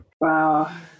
Wow